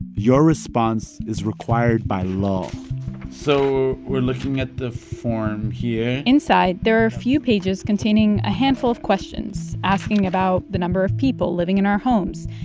your response is required by law so we're looking at the form here inside, there are a few pages containing a handful of questions asking about the number of people living in our homes,